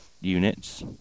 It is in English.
units